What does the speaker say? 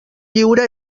lliure